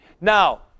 now